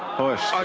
push.